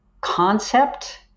concept